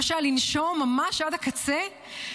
למשל, לנשום ממש עד הקצה?